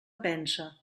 pensa